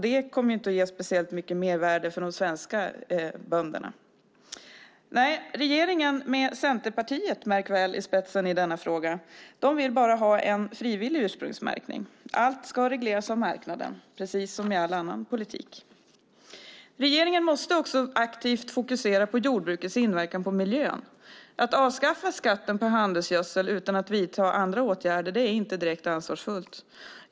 Det kommer inte att ge speciellt mycket mervärde för de svenska bönderna. Nej, regeringen med - märk väl - Centerpartiet i spetsen i denna fråga vill bara ha en frivillig ursprungsmärkning. Allt ska regleras av marknaden, precis som i all annan politik. Regeringen måste också aktivt fokusera på jordbrukets inverkan på miljön. Att avskaffa skatten på handelsgödsel utan att vidta andra åtgärder är inte direkt ansvarsfullt.